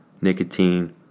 nicotine